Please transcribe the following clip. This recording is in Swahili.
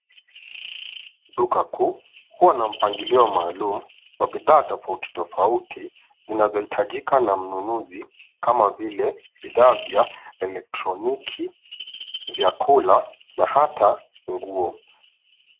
Duka kuu huwa na mpangilio maalum wa bidhaa tofautitofauti zinazohitajika na mnunuzi kama vile bidhaa vya elektroniki, vyakula na hata nguo.